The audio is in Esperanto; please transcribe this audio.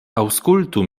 aŭskultu